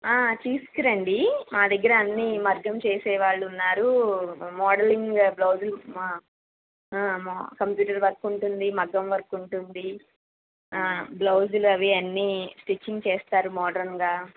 తీస్కురండి మా దగ్గర అన్నీ మగ్గం చేసే వాళ్ళు ఉన్నారు మోడలింగ్ బ్లౌజులు కంప్యూటర్ వర్కు ఉంటుంది మగ్గం వర్కు ఉంటుంది బ్లౌజులు అవి అన్నీ స్టిచ్చింగ్ చేస్తారు మోడ్రన్గా